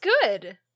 good